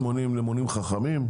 למונים חכמים.